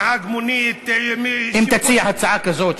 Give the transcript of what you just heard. נהג מונית אם תציע הצעה כזאת,